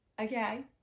Okay